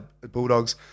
Bulldogs